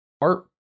art